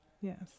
Yes